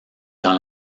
dans